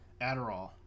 Adderall